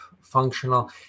functional